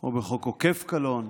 או בחוק עוקף קלון